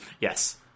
Yes